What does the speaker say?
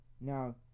now